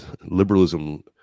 liberalism